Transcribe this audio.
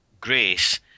Grace